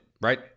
Right